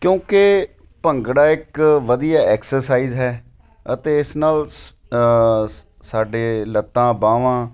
ਕਿਉਂਕਿ ਭੰਗੜਾ ਇੱਕ ਵਧੀਆ ਐਕਸਰਸਾਈਜ਼ ਹੈ ਅਤੇ ਇਸ ਨਾਲ ਸ ਸਾਡੇ ਲੱਤਾਂ ਬਾਹਵਾਂ